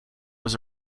was